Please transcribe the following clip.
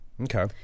Okay